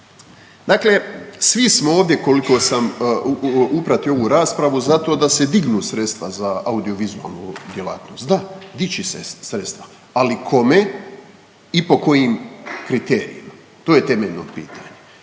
Dakle, svi smo ovdje koliko sam upratio ovu raspravu zato da se dignu sredstva za audio vizualnu djelatnost. Da dići sredstva ali kome i po kojim kriterijima. To je temeljno pitanje.